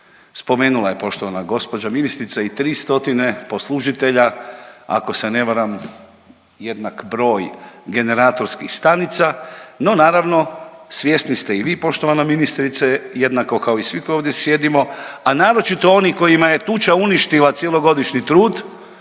Spomenula je poštovana gospođa ministrice i 300 poslužitelja, ako se ne varam, jednak broj generatorskih stanica no naravno svjesni ste i vi poštovana ministrice jednako kao i svi koji ovdje sjedimo, a naročito oni kojima je tuča uništila cjelogodišnji trud,